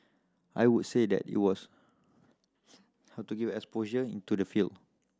I would say that it was how to gave exposure into the field